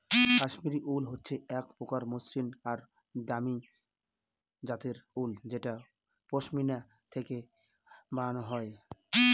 Kashmiri wool হচ্ছে এক প্রকার মসৃন আর দামি জাতের উল যেটা পশমিনা থেকে বানানো হয়